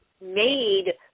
made